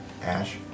Ash